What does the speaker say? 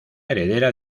heredera